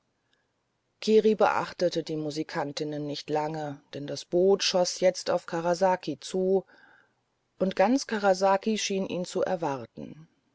kiri beachtete die musikantinnen nicht lange denn das boot schoß jetzt auf karasaki zu und ganz karasaki schien ihn zu erwarten